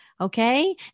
Okay